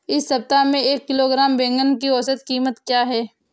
इस सप्ताह में एक किलोग्राम बैंगन की औसत क़ीमत क्या है?